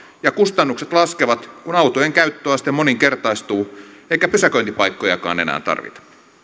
ja kustannukset laskevat kun autojen käyttöaste moninkertaistuu eikä pysäköintipaikkojakaan enää tarvita